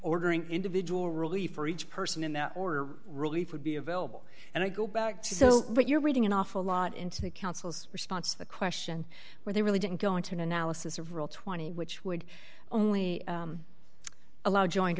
ordering individual relief for each person in the order relief would be available and i go back to what you're reading an awful lot into the council's response to the question where they really didn't go into an analysis of rule twenty which would only allow joined